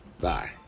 Bye